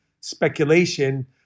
speculation